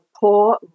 poor